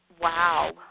Wow